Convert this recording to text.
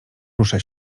ruszę